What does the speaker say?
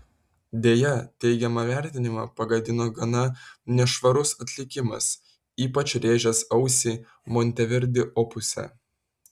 deja teigiamą vertinimą pagadino gana nešvarus atlikimas ypač rėžęs ausį monteverdi opuse